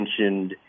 mentioned